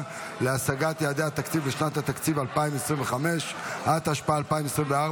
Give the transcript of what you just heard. הצעת חוק התקציב לשנת הכספים 2025 התשפ"ד 2024,